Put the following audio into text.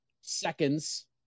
seconds